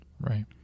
Right